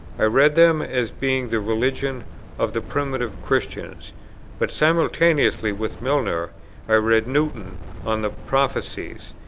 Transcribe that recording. i read them as being the religion of the primitive christians but simultaneously with milner i read newton on the prophecies,